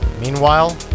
Meanwhile